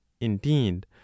indeed